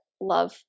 love